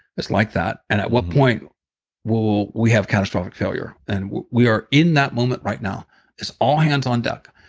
it's like that. and at what point will will we have catastrophic failure? and we are in that moment right now it's all hands on deck.